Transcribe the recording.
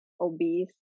obese